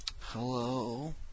Hello